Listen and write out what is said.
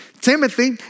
Timothy